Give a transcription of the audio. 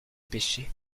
pêchaient